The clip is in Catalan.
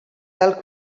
tal